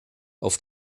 auf